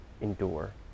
endure